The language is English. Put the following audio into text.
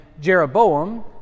Jeroboam